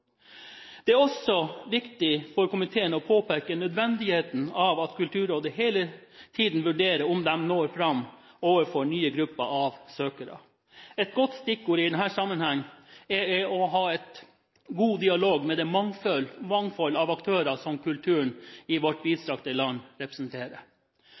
Det er også viktig for komiteen å påpeke nødvendigheten av at Kulturrådet hele tiden vurderer om det når fram overfor nye grupper av søkere. Et godt stikkord i denne sammenheng er å ha en god dialog med det mangfold av aktører som kulturen i vårt